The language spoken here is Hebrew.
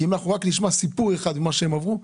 אם אנחנו רק נשמע סיפור אחד ממה שהם עברו,